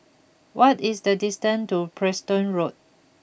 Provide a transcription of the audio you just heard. what is the distance to Preston Road